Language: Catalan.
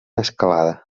escalada